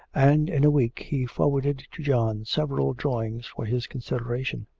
and in a week he forwarded john several drawings for his consideration.